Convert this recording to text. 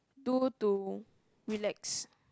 do to relax